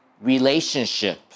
relationship